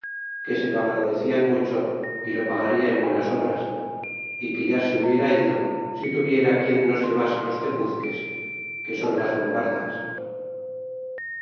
que se lo agradecian mucho y lo pagada en buenas obras y que ya se hubiera ido si tuviera quien nos llevase los tepuzques que son las bombardas